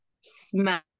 Smell